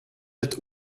ett